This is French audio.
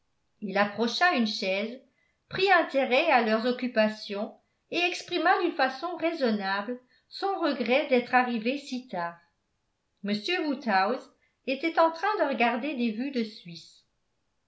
il approcha une chaise prit intérêt à leurs occupations et exprima d'une façon raisonnable son regret d'être arrivé si tard m woodhouse était en train de regarder des vues de suisse